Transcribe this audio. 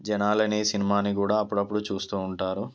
జనాలని సినిమాని కూడా అప్పుడప్పుడు చూస్తూ ఉంటారు